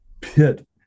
pit